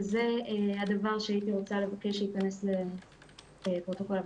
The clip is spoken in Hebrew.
וזה הדבר שהייתי רוצה לבקש שייכנס לפרוטוקול הוועדה.